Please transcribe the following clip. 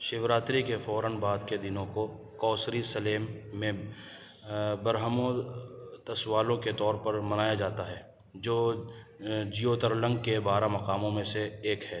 شیوراتری کے فوراً بعد کے دنوں کوسری سلیم میں برہمو تسوالو کے طور پر منایا جاتا ہے جو جیوترلنگ کے بارہ مقاموں میں سے ایک ہے